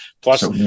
Plus